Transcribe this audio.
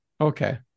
Okay